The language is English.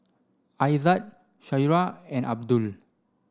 Aizat Syirah and Abdul